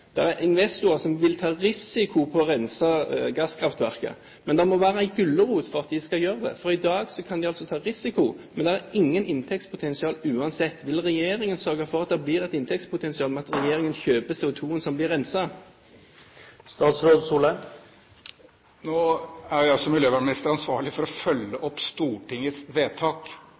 er investorer som vil ta risiko på å rense gasskraftverket, men det må være en gulrot for at de skal gjøre det. For i dag kan de altså ta risiko, men det er ikke noe inntektspotensial uansett. Vil regjeringen sørge for at det blir et inntektspotensial ved at regjeringen kjøper CO2-en som blir renset? Nå er jo jeg som miljøvernminister ansvarlig for å følge opp Stortingets vedtak.